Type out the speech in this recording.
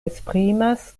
esprimas